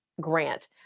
Grant